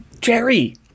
Jerry